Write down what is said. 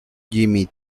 jimmy